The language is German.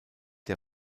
der